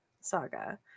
Saga